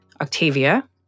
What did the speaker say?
Octavia